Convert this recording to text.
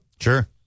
Sure